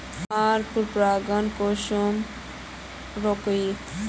हमार पोरपरागण कुंसम रोकीई?